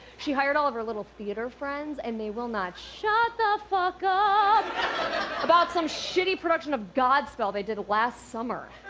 she hired all of her little theater friends and they will not shut the fuck up about some shitty production of godspell they did last summer.